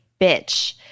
bitch